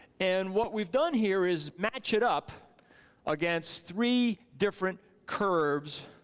and what we've done here is match it up against three different curves